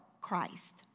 Christ